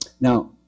Now